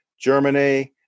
Germany